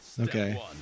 Okay